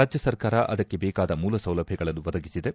ರಾಜ್ಯ ಸರ್ಕಾರ ಅದಕ್ಕೆ ಬೇಕಾದ ಮೂಲಸೌಲಭ್ಯಗಳನ್ನು ಒದಗಿಸಿದೆ